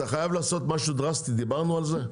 אתה חייב לעשות משהו דרסטי דיברנו על זה.